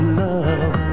love